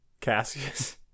Cassius